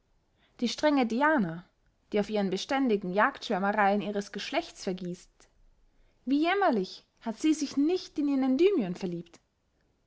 die strenge diana die auf ihren beständigen jagdschwärmereyen ihres geschlechts vergießt wie jämmerlich hat sie sich nicht in ihren endymion verliebt